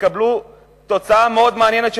יקבלו תוצאה מאוד מעניינת,